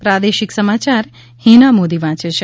પ્રાદેશિક સમાચાર હીના મોદી વાંચ છે